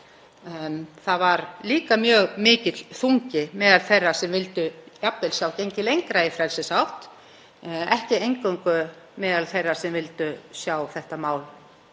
Það var líka mjög mikill þungi meðal þeirra sem vildu jafnvel sjá gengið lengra í frelsisátt, ekki eingöngu meðal þeirra sem vildu sjá þessu máli